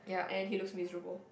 and he looks miserable